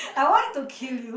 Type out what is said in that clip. I want to kill you